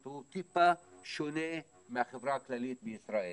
הוא טיפה שונה מהחברה הכללית בישראל